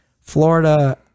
florida